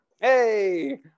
hey